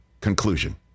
conclusion